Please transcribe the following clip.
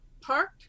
parked